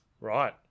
Right